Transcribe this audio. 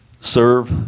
serve